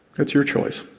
it's your choice.